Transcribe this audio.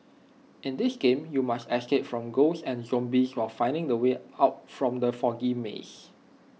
in this game you must escape from ghosts and zombies while finding the way out from the foggy maze